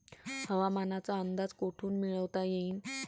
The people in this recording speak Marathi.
हवामानाचा अंदाज कोठून मिळवता येईन?